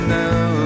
now